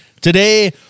Today